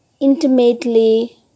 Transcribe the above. intimately